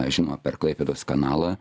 žinoma per klaipėdos kanalą